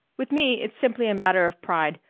with me it's simply a matter of pride,